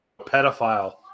pedophile